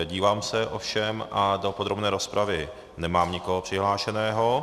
Dívám se ovšem a do podrobné rozpravy nemám nikoho přihlášeného.